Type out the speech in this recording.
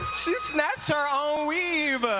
snatched her own weave.